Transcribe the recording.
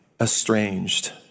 estranged